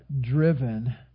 driven